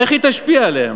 איך היא תשפיע עליהם?